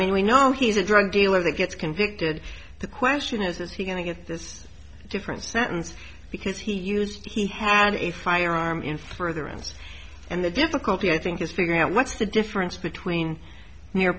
mean we know he's a drug dealer that gets convicted the question is is he going to get this different sentence because he used had a firearm in furtherance and the difficulty i think is figuring out what's the difference between